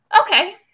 Okay